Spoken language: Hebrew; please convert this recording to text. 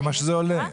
כמה שזה עולה,